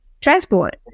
transport